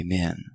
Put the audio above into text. Amen